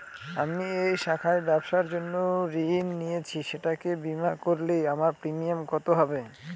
আমি এই শাখায় ব্যবসার জন্য ঋণ নিয়েছি সেটাকে বিমা করলে আমার প্রিমিয়াম কত হবে?